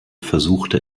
versuchte